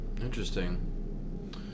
Interesting